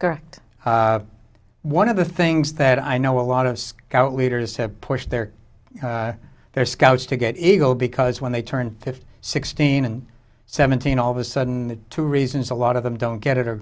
correct one of the things that i know a lot of scout leaders to push their their scouts to get ego because when they turn fifty sixteen and seventeen all of a sudden two reasons a lot of them don't get it or